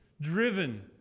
driven